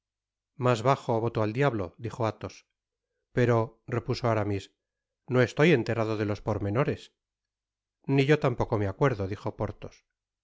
mas bajo voto al diablo dijo athos pero repuso aramis no estoy enterado de los pormenores ni yo tampoco me acuerdo dijo porthos